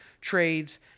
trades